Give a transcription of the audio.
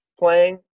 Playing